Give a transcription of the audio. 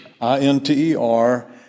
I-N-T-E-R